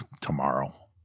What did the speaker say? tomorrow